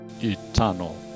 eternal